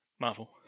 Marvel